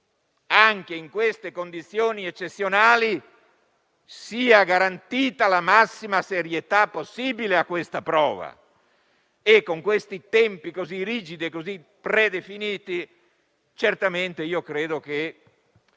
anche in condizioni eccezionali sia garantita la massima serietà possibile alla prova e, con tempi così rigidi e predefiniti, certamente credo che